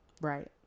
Right